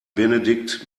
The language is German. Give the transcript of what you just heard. benedikt